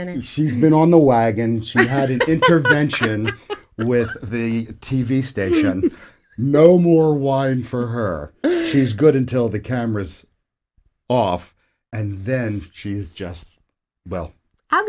minute she's been on the wagon she had an intervention with the t v station no more wine for her she's good until the cameras off and then she's just well i'm